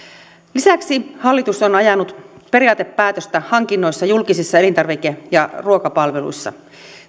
lisäksi hallitus on ajanut periaatepäätöstä hankinnoista julkisissa elintarvike ja ruokapalveluissa